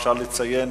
אפשר לציין,